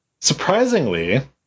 surprisingly